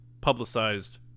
publicized